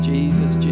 Jesus